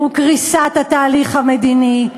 וקריסת התהליך המדיני,